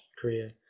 Korea